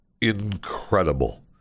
incredible